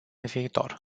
viitor